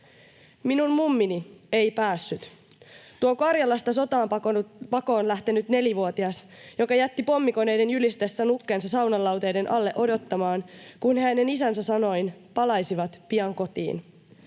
Minun mummini ei päässyt — tuo Karjalasta sotaa pakoon lähtenyt nelivuotias, joka jätti pommikoneiden jylistessä nukkensa saunan lauteiden alle odottamaan, kun he hänen isänsä sanoin palaisivat pian kotiin,